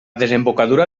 desembocadura